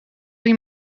die